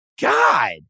God